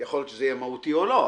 יכול להיות שזה יהיה מהותי, או לא.